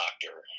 doctor